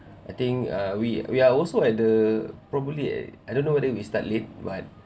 I think uh we we are also at the probably eh I don't know whether we start late but